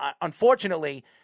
unfortunately